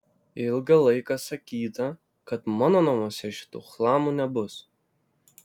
ilgą laiką sakyta kad mano namuose šitų chlamų nebus